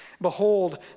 Behold